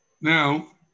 Now